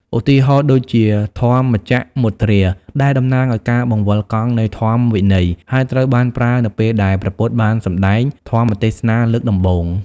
ឧទាហរណ៍ ដូចជា ធម្មចក្រមុទ្រា ដែលតំណាងឱ្យការបង្វិលកង់នៃធម្មវិន័យ ហើយត្រូវបានប្រើនៅពេលដែលព្រះពុទ្ធបានសំដែងធម្មទេសនាលើកដំបូង។